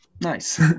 nice